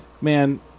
Man